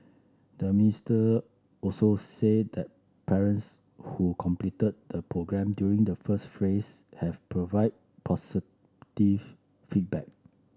the mister also said that parents who completed the programme during the first phrase have provide positive feedback